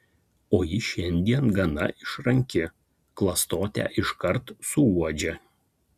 o ji šiandien gana išranki klastotę iškart suuodžia